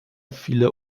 viele